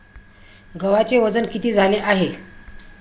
गव्हाचे वजन किती झाले आहे?